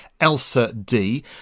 ELSA-D